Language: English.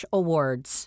awards